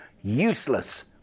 useless